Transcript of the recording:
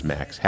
Max